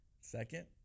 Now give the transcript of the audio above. Second